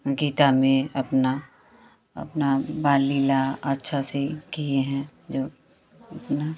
गीता में अपना अपना बाल लीला अच्छा से किए हैं जो अपना